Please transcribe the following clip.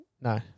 no